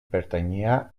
pertanyia